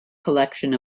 collection